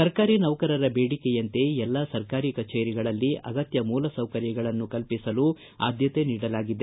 ಸರ್ಕಾರಿ ನೌಕರರ ಬೇಡಿಕೆಯಂತೆ ಎಲ್ಲ ಸರ್ಕಾರಿ ಕಚೇರಿಗಳಲ್ಲಿ ಅಗತ್ತ ಮೂಲ ಸೌಕರ್ಯಗಳನ್ನು ಕಲ್ಪಿಸಲು ಸರ್ಕಾರ ಆದ್ಯತೆ ನೀಡಿದೆ